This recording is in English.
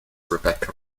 rebecca